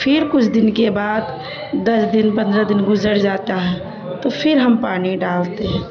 پھر کچھ دن کے بعد دس دن پندرہ دن گزر جاتا ہے تو پھر ہم پانی ڈالتے ہیں